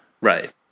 Right